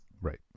Right